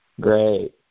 Great